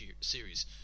series